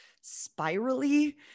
spirally